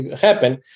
happen